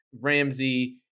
Ramsey